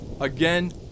Again